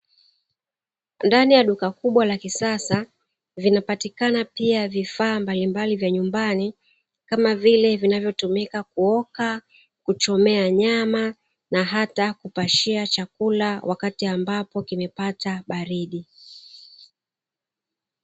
Ndani ya duka kubwa la kisasa vinapatikana pia vifaa mbalimbali vya nyumbani, kama vile vinavyotumika kuoka , kuchomea nyama na hata kupashia chakula wakati ambapo kimepata baridi.